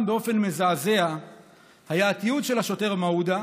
באופן מזעזע היה התיעוד של השוטר מעודה,